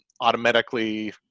automatically